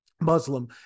Muslim